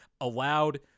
allowed